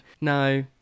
No